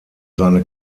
seine